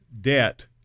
Debt